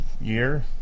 year